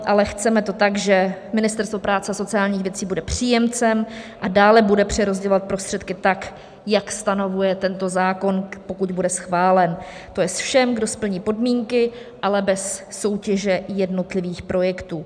Ale chceme to tak, že Ministerstvo práce a sociálních věcí bude příjemcem a dále bude přerozdělovat prostředky tak, jak stanovuje tento zákon, pokud bude schválen, to jest všem, kdo splní podmínky, ale bez soutěže jednotlivých projektů.